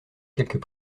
quelques